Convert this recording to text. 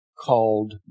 called